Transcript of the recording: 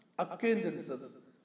acquaintances